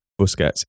Busquets